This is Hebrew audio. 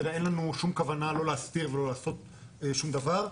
אין לנו שום כוונה לא להסתיר ולא לעשות שום דבר.